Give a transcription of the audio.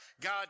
God